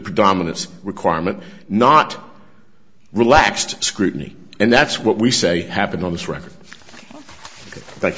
predominance requirement not relaxed scrutiny and that's what we say happened on this record